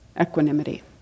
equanimity